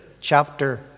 chapter